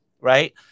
Right